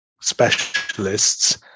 specialists